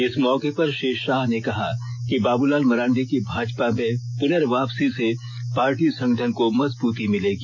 इस मौके पर श्री शाह ने कहा बाबूलाल मरांडी की भाजपा में पुनर्वापसी से पार्टी संगठन को मजबूती मिलेगी